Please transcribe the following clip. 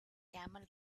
camel